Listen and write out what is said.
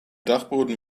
dachboden